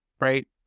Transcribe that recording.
right